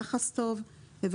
יחס טוב וכו'.